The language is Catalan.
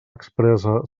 expressa